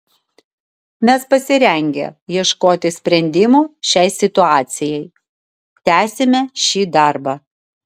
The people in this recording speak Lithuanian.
mes pasirengę ieškoti sprendimo šiai situacijai tęsime šį darbą